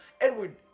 Edward